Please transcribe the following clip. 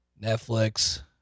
Netflix